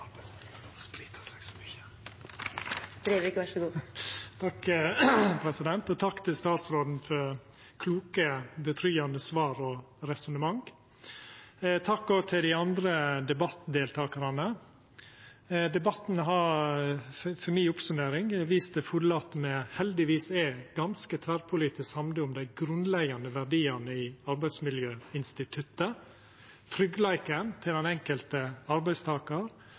Takk til statsråden for kloke, tryggjande svar og resonnement. Takk òg til dei andre debattdeltakarane. Debatten har, for mi oppsummering, vist til fulle at me heldigvis er ganske tverrpolitisk samde om dei grunnleggjande verdiane i arbeidsmiljøinstituttet – tryggleiken til den enkelte arbeidstakaren, balansegangen mellom arbeidsgjevar og arbeidstakarar,